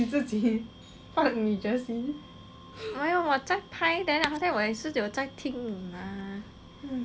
没有我在拍 then after that 我也是有听你 mah